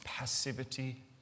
passivity